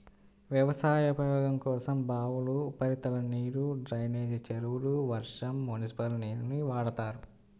వ్యవసాయ ఉపయోగం కోసం బావులు, ఉపరితల నీరు, డ్రైనేజీ చెరువులు, వర్షం, మునిసిపల్ నీరుని వాడతారు